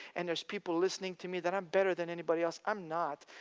and there's people listening to me that i'm better than anybody else. i'm not.